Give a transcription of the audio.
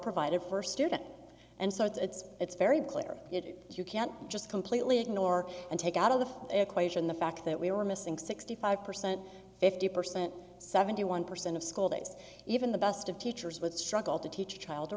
provided for students and so it's it's very clear it you can't just completely ignore and take out of the equation the fact that we were missing sixty five percent fifty percent seventy one percent of school days even the best of teachers would struggle to teach a child to